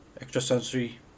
extrasensory